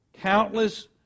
Countless